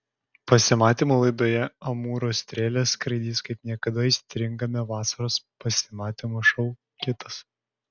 pasimatymų laidoje amūro strėlės skraidys kaip niekada aistringame vasaros pasimatymų šou kitas